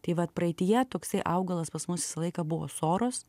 tai vat praeityje toksai augalas pas mus visą laiką buvo soros